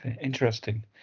Interesting